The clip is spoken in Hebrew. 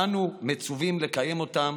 ואנו מצווים לקיים אותם